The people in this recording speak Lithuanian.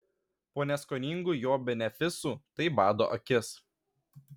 po neskoningų jo benefisų tai bado akis